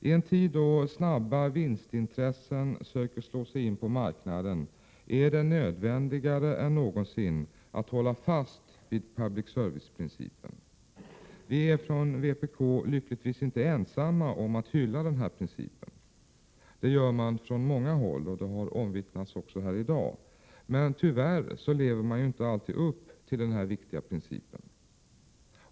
I en tid då snabba vinstintressen söker slå sig in på marknaden är det nödvändigare än någonsin att hålla fast vid public service-principen. Vi här från vpk är lyckligtvis inte ensamma om att hylla den här principen, det gör man från många håll — vilket har omvittnats här i dag. Tyvärr lever man inte alltid upp till denna viktiga princip.